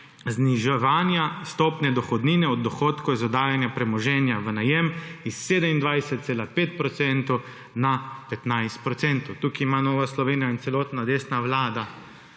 zniževanja stopnje dohodnine od dohodkov iz oddajanja premoženja v najem s 27,5 procentov na 15 procentov. Tukaj ima Nova Slovenija in celotna desna vlada